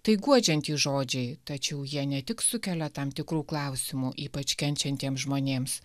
tai guodžiantys žodžiai tačiau jie ne tik sukelia tam tikrų klausimų ypač kenčiantiems žmonėms